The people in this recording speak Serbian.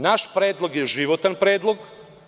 Naš predlog je životan predlog.